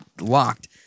locked